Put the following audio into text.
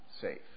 safe